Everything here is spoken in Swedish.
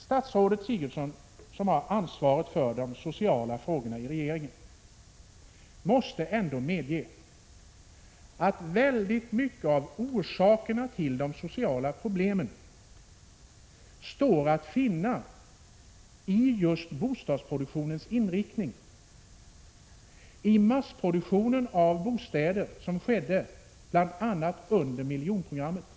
Statsrådet Sigurdsen, som har ansvaret för de sociala frågorna i regeringen, måste ändå medge att mycket av orsakerna till de sociala problemen står att finna i just bostadsproduktionens inriktning och i den massproduktion av bostäder som skedde bl.a. under miljonprogrammets tid.